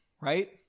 right